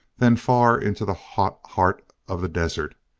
then far into the hot heart of the desert,